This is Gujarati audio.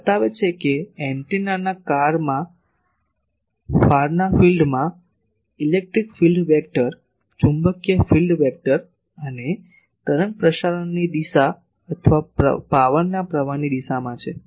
તે બતાવે છે કે એન્ટેનાના ફારના ફિલ્ડમાં ઇલેક્ટ્રિક ફીલ્ડ વેક્ટર ચુંબકીય ફિલ્ડ વેક્ટર અને તરંગ પ્રસરણની દિશા અથવા પાવરના પ્રવાહની દિશામાં છે